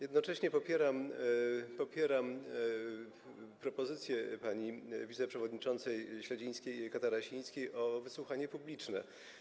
Jednocześnie popieram propozycję pani wiceprzewodniczącej Śledzińskiej-Katarasińskiej o wysłuchanie publiczne.